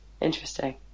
interesting